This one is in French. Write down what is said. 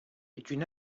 une